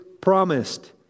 promised